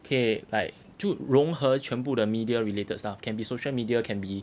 可以 like 就融合全部的 media related stuff can be social media can be